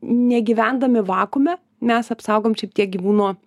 negyvendami vakuume mes apsaugom šiek tiek gyvūno